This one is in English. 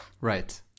right